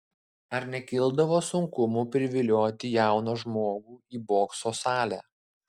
ar nekildavo sunkumų privilioti jauną žmogų į bokso salę